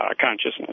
consciousness